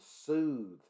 soothe